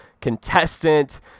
contestant